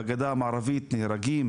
בגדה המערבית נהרגים